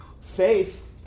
faith